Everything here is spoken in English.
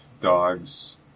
Dogs